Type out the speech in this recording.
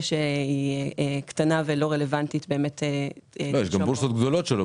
שהיא קטנה ולא רלוונטית -- יש גם בורסות גדולות שלא